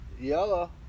Yellow